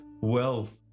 wealth